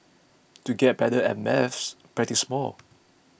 to get better at maths practise more